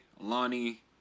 Lonnie